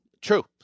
true